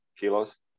kilos